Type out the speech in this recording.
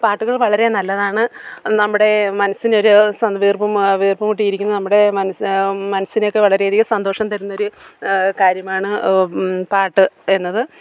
പാട്ടുകൾ വളരെ നല്ലതാണ് നമ്മുടെ മനസ്സിനൊരു സം വീർപ്പ് വീർപ്പു മുട്ടിയിരിക്കുന്ന നമ്മുടെ മനസ്സ് മനസ്സിനെയൊക്കെ വളരെയധികം സന്തോഷം തരുന്നൊരു കാര്യമാണ് പാട്ട് എന്നത്